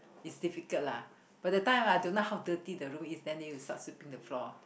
is difficult lah by the time I don't know how dirty the room is then then you start sweeping the floor